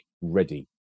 ready